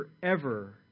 forever